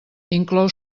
inclou